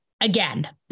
again